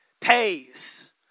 pays